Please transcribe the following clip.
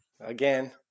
Again